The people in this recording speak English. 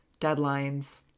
deadlines